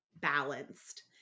balanced